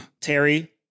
Terry